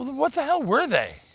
what the hell were they?